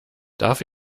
darf